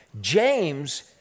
James